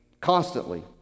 constantly